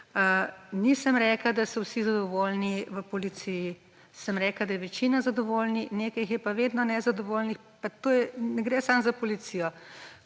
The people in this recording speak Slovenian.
nisem rekla, da so vsi zadovoljni v policiji, sem rekla, da je večina zadovoljnih, nekaj jih je pa vedno nezadovoljnih, pa ne gre samo za policijo.